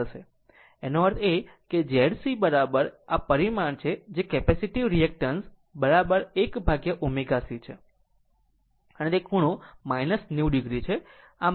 મળશે એનો અર્થ એ કે આ Z C એ પરિમાણ છે જે કેપેસિટીવ રિએક્ટેન્સ 1ω C છે અને તે ખૂણો છે જે 90 o છે